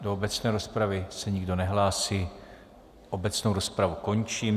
Do obecné rozpravy se nikdo nehlásí, obecnou rozpravu končím.